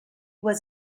was